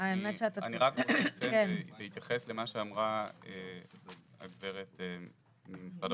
בהתייחס למה שאמרה הגברת ממשרד הבריאות.